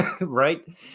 right